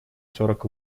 сорок